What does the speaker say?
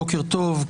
בוקר טוב,